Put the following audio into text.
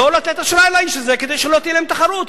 לא לתת אשראי לאיש הזה, כדי שלא תהיה להם תחרות.